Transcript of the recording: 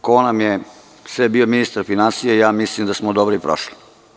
Ko nam je sve bio ministar finansija, ja mislim da smo dobro i prošli.